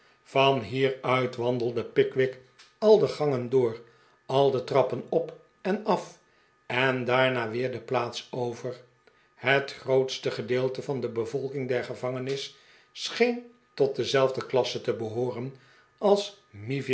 van hier uit wandelde pickwick al de gangen door al de trappen op en af en daarna weer de plaats over het grootste gedeelte van de bevolking der gevangenis scheen tot dezelfde klasse te behooren als